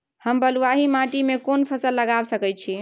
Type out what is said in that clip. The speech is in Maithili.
हम बलुआही माटी में कोन फसल लगाबै सकेत छी?